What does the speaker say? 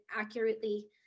accurately